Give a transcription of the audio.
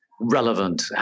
relevant